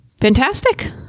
fantastic